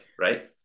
right